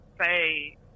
say